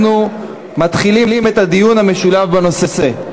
אנחנו מתחילים את הדיון המשולב בנושא.